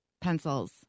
pencils